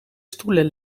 stoelen